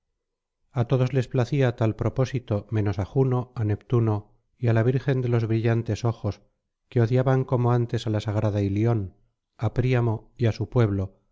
a todos les placía tal propósito menos á juno áneptuno y á la virgen de los brillantes ojos que odiaban como antes á la sagrada ilion á príamo y á su pueblo